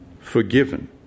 forgiven